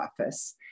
office